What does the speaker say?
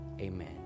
amen